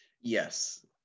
yes